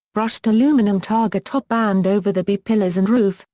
brushed aluminum targa top band over the b-pillars and roof,